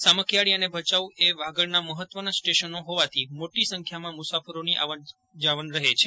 સામખિયાળી અને ભયાઉ એ વાગડના મહત્ત્વનાં સ્ટેશનો હોવાથી મોટી સંખ્યામાં મુસાફરોની આવન જાવન રહે છે